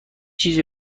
چیزی